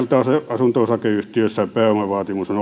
asunto osakeyhtiöissä pääomavaatimus on